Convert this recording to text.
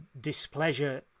displeasure